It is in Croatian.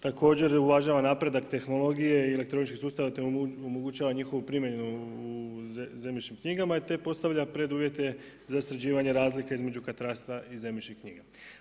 Također uvažava napredak tehnologije i elektroničkih sustava, te omogućava njihovu primjenu u zemljišnim knjigama, te postavlja preduvjete za sređivanje razlika između katastra i zemljišnih knjiga.